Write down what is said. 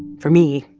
for me,